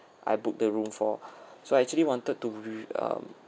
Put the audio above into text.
I booked the room for so I actually wanted to re um